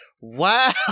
Wow